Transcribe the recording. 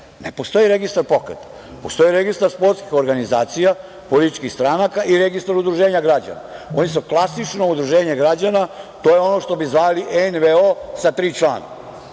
Ne postoji registar pokreta. Postoji Registar sportskih organizacija, političkih stranaka i Registar udruženja građana. Oni su klasično udruženje građana. To je ono što bi zvali NVO sa tri člana.